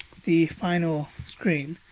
the final screen.